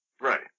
Right